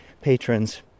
patrons